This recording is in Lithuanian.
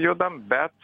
judam bet